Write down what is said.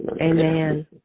Amen